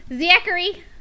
Zachary